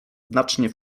znacznie